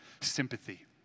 sympathy